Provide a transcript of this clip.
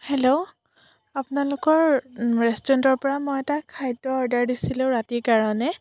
hello আপোনালোকৰ ৰেষ্টুৰেন্টৰ পৰা মই এটা খাদ্য অৰ্ডাৰ দিছিলোঁ ৰাতিৰ কাৰণে